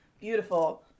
beautiful